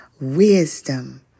wisdom